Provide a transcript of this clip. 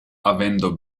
avendo